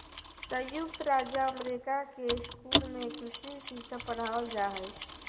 संयुक्त राज्य अमेरिका के स्कूल में कृषि शिक्षा पढ़ावल जा हइ